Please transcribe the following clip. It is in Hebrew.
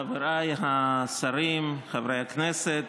חבריי השרים, חברי הכנסת,